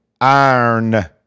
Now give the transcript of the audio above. iron